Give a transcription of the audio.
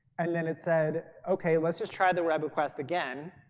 and then it said okay let's just try the web request again.